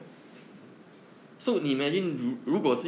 mmhmm